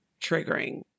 triggering